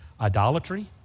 Idolatry